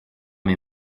mes